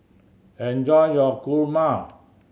enjoy your kurma